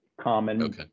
common